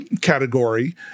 category